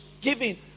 giving